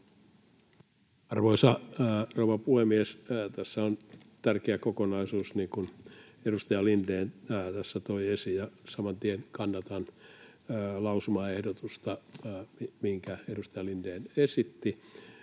Arvoisa rouva puhemies! Tässä on tärkeä kokonaisuus, niin kuin edustaja Lindén tässä toi esiin. Ja saman tien kannatan lausumaehdotusta, minkä edustaja Lindén esitti.